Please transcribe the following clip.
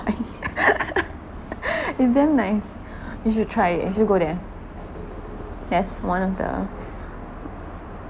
it's damn nice you should try you should go there yes one of the